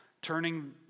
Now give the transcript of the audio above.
Turning